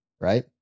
Right